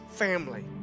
family